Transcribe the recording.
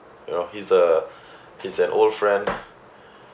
you know he's a he's an old friend